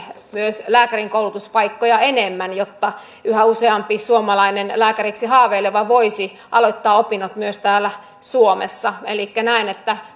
lääkärinkoulutuspaikkoja enemmän jotta yhä useampi suomalainen lääkäriksi haaveileva voisi aloittaa opinnot myös täällä suomessa elikkä näen että